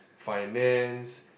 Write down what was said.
finance